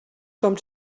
com